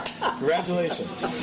Congratulations